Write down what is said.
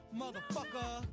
motherfucker